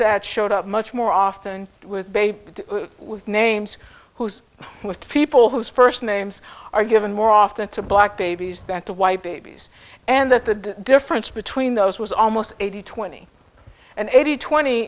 that showed up much more often with baby names who's with people whose first names are given more often to black babies that the white babies and that the difference between those was almost eighty twenty and eighty twenty